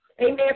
Amen